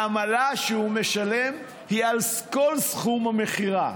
העמלה שהוא משלם היא על כל סכום המכירה.